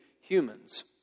humans